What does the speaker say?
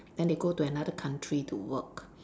then they go to another country to work